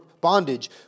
bondage